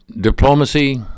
diplomacy